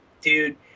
dude